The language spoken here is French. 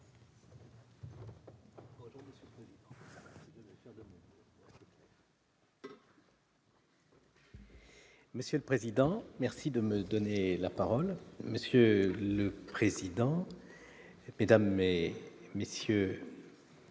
Monsieur le président, merci de me donner la parole monsieur le président, Mesdames et messieurs